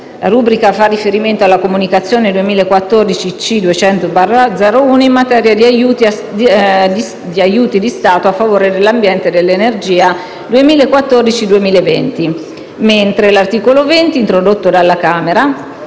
cui rubrica fa riferimento alla comunicazione 2014/C 200/01, in materia di aiuti di Stato a favore dell'ambiente e dell'energia 2014-2020), mentre l'articolo 20, introdotto alla Camera,